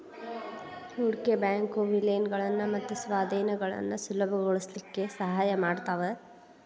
ಹೂಡ್ಕಿ ಬ್ಯಾಂಕು ವಿಲೇನಗಳನ್ನ ಮತ್ತ ಸ್ವಾಧೇನಗಳನ್ನ ಸುಲಭಗೊಳಸ್ಲಿಕ್ಕೆ ಸಹಾಯ ಮಾಡ್ತಾವ